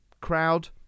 crowd